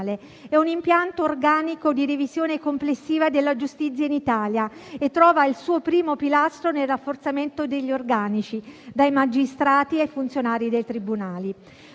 È un impianto organico di revisione complessiva della giustizia in Italia e trova il suo primo pilastro nel rafforzamento degli organici, dai magistrati e funzionari dei tribunali.